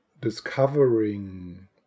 discovering